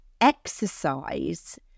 exercise